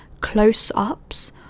close-ups